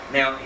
Now